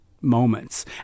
moments